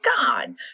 God